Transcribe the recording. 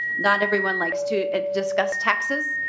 not everyone likes to discuss taxes.